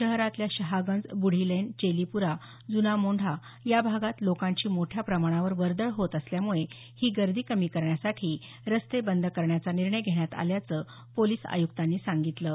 शहरातल्या शहागंज बुढीलेन चेलीप्रा जुना मोंढा या भागात लोकांची मोठ्या प्रमाणावर वर्दळ होत असल्यामुळे ही गर्दी कमी करण्यासाठी रस्ते बंद करण्याचा निर्णय घेण्यात आल्याचं पोलिस आयुक्तांनी म्हटलं आहे